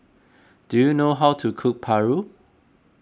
do you know how to cook Paru